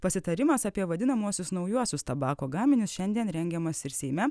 pasitarimas apie vadinamuosius naujuosius tabako gaminius šiandien rengiamas ir seime